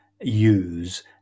use